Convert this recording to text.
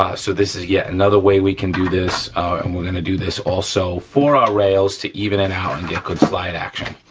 ah so this is yet another way we can do this and we're gonna do this also for our rails to even it out and get good slide action.